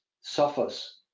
suffers